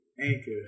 anchor